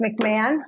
McMahon